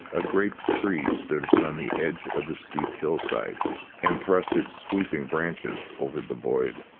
a great tree stood upon the edge of the steep hillside and thrust its sweeping branches over the void.